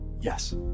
Yes